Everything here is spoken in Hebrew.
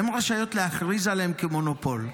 הן רשאיות להכריז עליהן כמונופול.